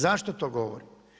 Zašto to govorim?